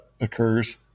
occurs